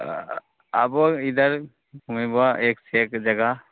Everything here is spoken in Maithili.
आबो ईधर घूमेबऽ एक से एक जगह